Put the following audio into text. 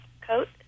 coat